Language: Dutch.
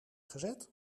gezet